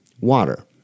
Water